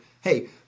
hey